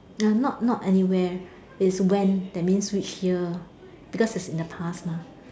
not not anywhere is when that means which year because is in the past mah